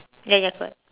ya ya correct